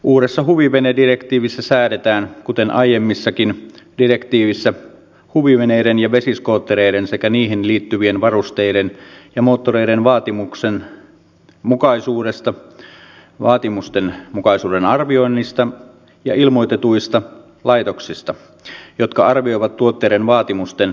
uudessa huvive nedirektiivissä säädetään kuten aiemmissakin direktiiveissä huviveneiden ja vesiskoottereiden sekä niihin liittyvien varusteiden ja moottoreiden vaatimusten mukaisuudesta vaatimusten mukaisuuden arvioinnista ja ilmoitetuista laitoksista jotka arvioivat tuotteiden vaatimusten mukaisuutta